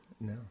No